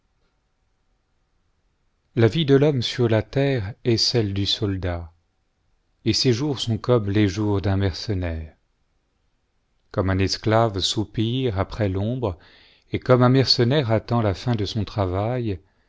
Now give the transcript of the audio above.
la vie de l'homme sur la terre est celle du soldat et ses jours sont comme les jours d'un mercenaire comme im esclave soupire après l'ombre et comme un mercenaire attend la fin de son travail